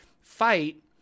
fight